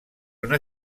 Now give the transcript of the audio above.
una